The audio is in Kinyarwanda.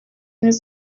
ubumwe